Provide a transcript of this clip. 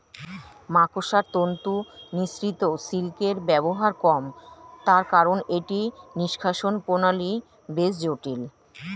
মাকড়সার তন্তু নিঃসৃত সিল্কের ব্যবহার কম, তার কারন এটির নিষ্কাশণ প্রণালী বেশ জটিল